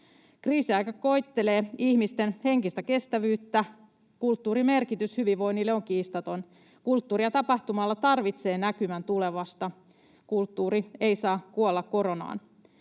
Kriisiaika koettelee ihmisten henkistä kestävyyttä. Kulttuurin merkitys hyvinvoinnille on kiistaton. Kulttuuri- ja tapahtuma-ala tarvitsee näkymän tulevasta. Kulttuuri ei saa kuolla koronaan.